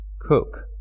cook